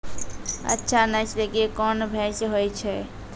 अच्छा नस्ल के कोन भैंस होय छै?